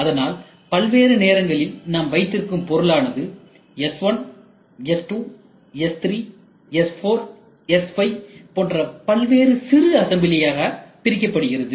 அதனால் பல்வேறு நேரங்களில் நாம் வைத்திருக்கும் பொருளானது S1S2S3S4S5 போன்ற பல்வேறு சிறு அசம்பிளிகளாக பிரிக்கப்படுகிறது